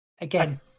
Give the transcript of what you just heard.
again